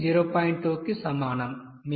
2 కి సమానం